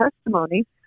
testimony